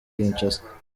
kinshasa